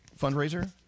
fundraiser